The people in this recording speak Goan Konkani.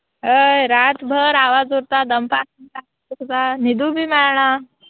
हय रातभर आवाज उरता दंपाक उरता न्हिदू बी मेळना